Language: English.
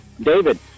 David